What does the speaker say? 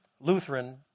Lutheran